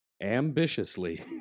ambitiously